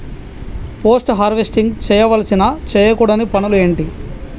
Post harvesting చేయవలసిన చేయకూడని పనులు ఏంటి?